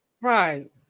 Right